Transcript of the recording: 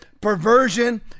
perversion